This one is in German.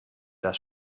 das